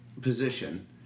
position